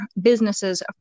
businesses